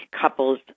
couples